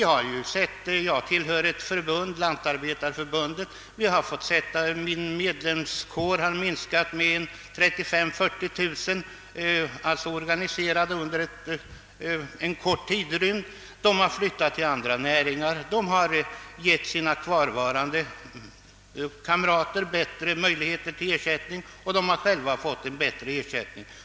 Jag tillhör Lantarbetareförbundet. Detta förbund har under en kort tidrymd minskat med 35 000 å 40 000 medlemmar. Dessa medlemmar har flyttat till andra näringar. De har gett sina kvarvarande kamrater möjligheter till bättre ersättning, och de har själva fått en bättre ersättning.